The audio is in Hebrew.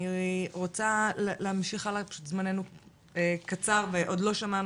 אני רוצה להמשיך הלאה כי פשוט זמננו קצר ועוד לא שמענו